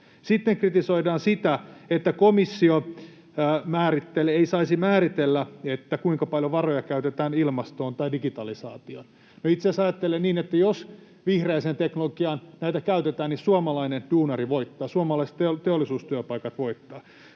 Sitten kritisoidaan, että komissio ei saisi määritellä, kuinka paljon varoja käytetään ilmastoon tai digitalisaatioon. No, itse asiassa ajattelen niin, että jos vihreään teknologiaan näitä käytetään, niin suomalainen duunari voittaa, suomalaiset teollisuustyöpaikat voittavat.